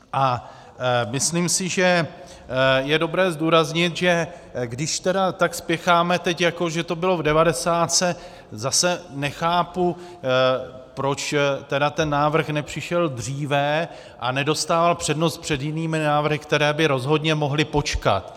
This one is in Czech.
A myslím si, že je dobré zdůraznit, že když tedy tak spěcháme teď, jako že to bylo v devadesátce, zase nechápu, proč ten návrh nepřišel dříve a nedostal přednost před jinými návrhy, které by rozhodně mohly počkat.